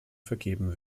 vergeben